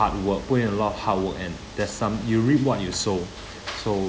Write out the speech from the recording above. hard work put in a lot of hard work and there's some you reap what you sow so